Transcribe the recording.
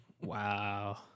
Wow